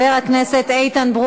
נרגילה מעשנים.